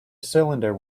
cylinder